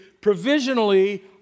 provisionally